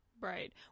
Right